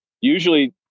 usually